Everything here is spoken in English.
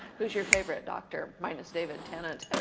who's your favorite dr? mine is david tennant.